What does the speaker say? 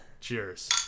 cheers